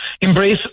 embrace